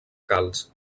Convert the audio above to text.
calç